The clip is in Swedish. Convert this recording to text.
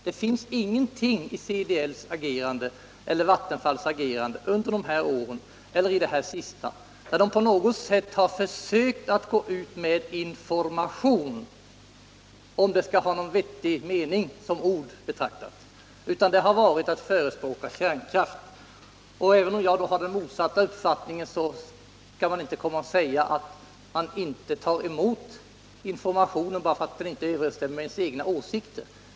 Det finns ingenting i CDL:s eller Vattenfalls agerande under de här åren eller i det senaste pressmeddelandet som tyder på att man på något sätt har försökt gå ut med information — om det skall vara någon vettig mening med det ordet — utan man har där bara förespråkat kärnkraftens fördelar. Även om jag har motsatt uppfattning skall ingen kunna komma och säga att jag inte tar emot information bara därför att den informationen inte överensstämmer med mina egna åsikter.